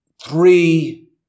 three